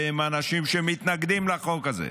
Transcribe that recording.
והם אנשים שמתנגדים לחוק הזה,